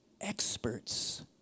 experts